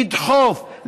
לדחוף,